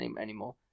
anymore